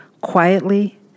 Quietly